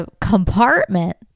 compartment